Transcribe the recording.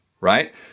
right